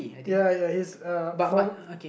ya ya he's uh from